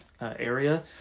area